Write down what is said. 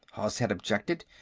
hozhet objected.